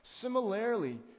Similarly